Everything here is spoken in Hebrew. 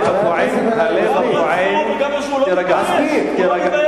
גם רצחו וגם ירשו, הוא לא מתבייש.